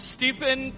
Stephen